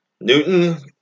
Newton